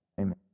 Amen